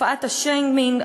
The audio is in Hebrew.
תופעת השיימינג,